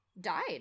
died